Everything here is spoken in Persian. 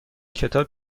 کتاب